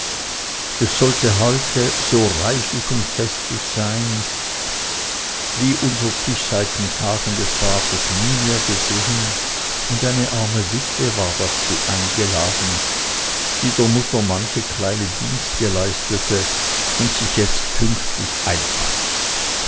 es sollte heute so reichlich und festlich sein wie unser tisch seit den tagen des vaters nie mehr gesehen und eine arme witwe war dazu eingeladen die der mutter manche kleine dienste leistete und sich jetzt pünktlich einfand